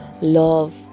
love